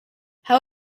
how